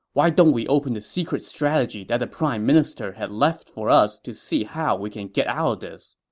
why don't we open the secret strategy that the prime minister had left for us to see how we can get out of this?